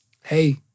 hey